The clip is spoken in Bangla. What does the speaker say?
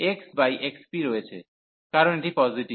xp রয়েছে কারণ এটি পজিটিভ